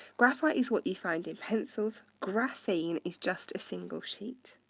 graphite is what you find in pencils, graphene is just a single sheet.